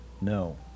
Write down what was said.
no